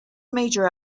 major